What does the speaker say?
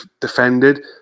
defended